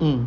mm